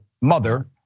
mother